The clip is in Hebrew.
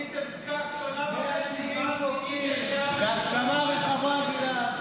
עשיתם פקק שנה וחצי --- בהסכמה רחבה, גלעד.